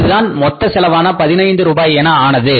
அதுதான் மொத்த செலவான 15 ரூபாய் என ஆனது